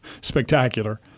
spectacular